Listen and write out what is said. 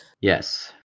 Yes